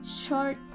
short